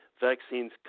vaccines